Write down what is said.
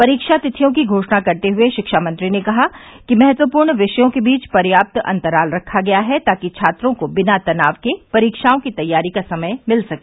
परीक्षा तिथियों की घोषणा करते हुए शिक्षा मंत्री ने कहा कि महत्वपूर्ण विषयों के बीच पर्याप्त अंतराल रखा गया है ताकि छात्रों को बिना तनाव के परीक्षाओं की तैयारी का समय मिल सके